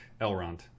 Elrond